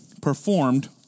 performed